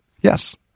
Yes